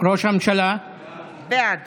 בעד